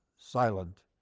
silent,